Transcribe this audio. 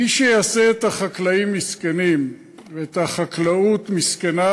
מי שיעשה את החקלאים מסכנים ואת החקלאות מסכנה,